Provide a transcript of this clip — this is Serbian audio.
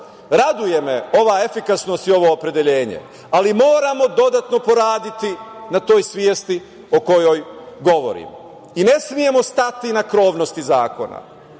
raduje ova efikasnost i ovo opredeljenje, ali moramo dodatno poraditi na toj svesti o kojoj govorim i ne smemo stati na krovnosti zakona.